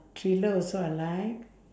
thriller also I like